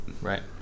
Right